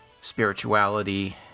spirituality